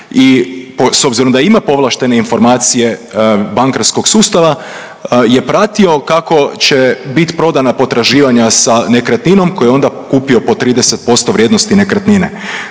i s obzirom da ima povlaštene informacije bankarskog sustava je pratio kako će bit prodana potraživanja sa nekretninom koju je onda kupio po 30% vrijednosti nekretnine.